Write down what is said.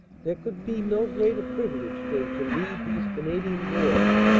there could be no greater privilege than to lead these canadian boys,